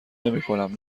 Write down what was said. نمیکنم